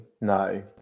no